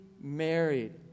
married